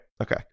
Okay